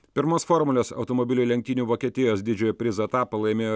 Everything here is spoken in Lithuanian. pirmos formulės automobilių lenktynių vokietijos didžiojo prizo etapą laimėjo